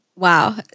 Wow